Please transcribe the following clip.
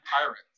Pirates